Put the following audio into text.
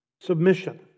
Submission